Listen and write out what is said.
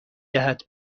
جهت